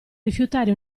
rifiutare